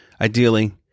ideally